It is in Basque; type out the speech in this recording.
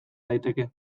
daiteke